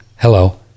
Hello